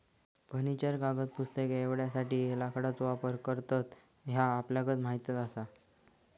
furniture, कागद, पुस्तके एवढ्यासाठी लाकडाचो वापर करतत ह्या आपल्याक माहीतच आसा